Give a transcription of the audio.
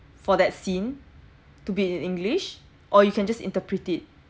for that scene to be in english or you can just interpret it